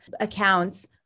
accounts